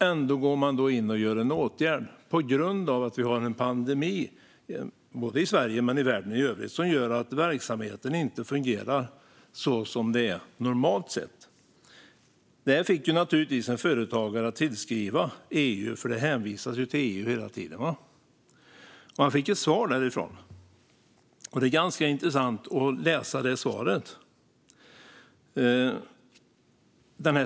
Ändå går man in och vidtar en åtgärd på grund av att vi har en pandemi, både i Sverige och i världen i övrigt, som gör att verksamheten inte fungerar så som den normalt gör. Det här fick naturligtvis en företagare att tillskriva EU, eftersom det hela tiden hänvisas till EU. Han fick ett svar därifrån. Det är ganska intressant att läsa det svaret.